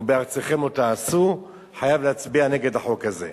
"ובארצכם לא תעשו", חייב להצביע נגד החוק הזה.